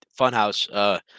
Funhouse